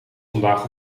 vandaag